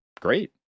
great